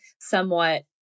somewhat